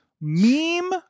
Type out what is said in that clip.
meme